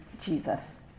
Jesus